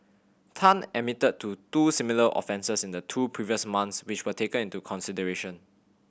Tan admitted to two similar offences in the two previous months which were taken into consideration